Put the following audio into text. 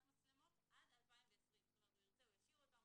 מצלמות עד 2020. זאת אומרת הוא ירצה,